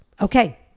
Okay